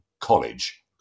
college